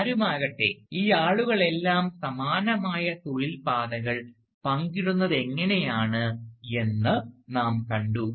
ആരുമാകട്ടെ ഈ ആളുകളെല്ലാം സമാനമായ തൊഴിൽ പാതകൾ പങ്കിടുന്നതെങ്ങനെയെന്ന് നാം കണ്ടു